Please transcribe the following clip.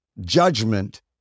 judgment